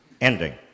ending